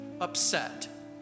upset